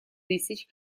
тысяч